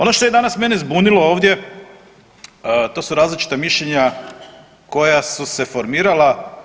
Ono što je danas mene zbunilo ovdje to su različita mišljenja koja su se formirala.